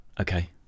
Okay